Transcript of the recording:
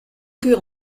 cuir